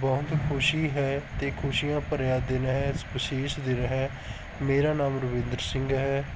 ਬਹੁਤ ਖੁਸ਼ੀ ਹੈ ਅਤੇ ਖੁਸ਼ੀਆਂ ਭਰਿਆ ਦਿਨ ਹੈ ਇਸ ਵਿਸ਼ੇਸ਼ ਦਿਨ ਹੈ ਮੇਰਾ ਨਾਮ ਰਵਿੰਦਰ ਸਿੰਘ ਹੈ